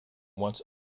once